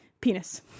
Penis